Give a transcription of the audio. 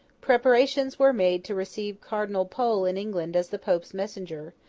preparations were made to receive cardinal pole in england as the pope's messenger,